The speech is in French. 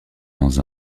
dans